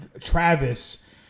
Travis